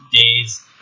days